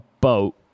boat